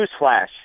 Newsflash